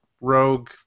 Rogue